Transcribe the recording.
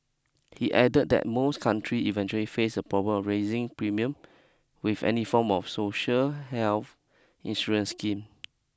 he added that most countries eventually face the problem of rising premium with any form of social health insurance scheme